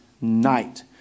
night